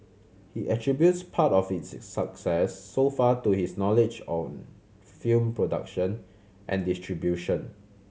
he attributes part of its success so far to his knowledge of film production and distribution